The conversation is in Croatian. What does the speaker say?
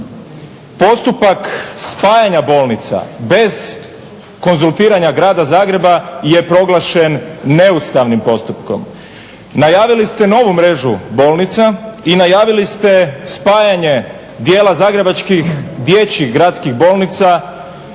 postupak spajanja bolnica bez konzultiranja Grada Zagreba je proglašen neustavnim postupkom. Najavili ste novu mrežu bolnica i najavili ste spajanje dijela zagrebačkih dječjih gradskih bolnica